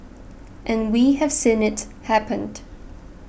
and we have seen it happened